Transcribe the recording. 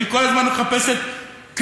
היא כל הזמן מחפשת "קניפלים",